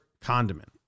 condiment